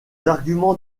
arguments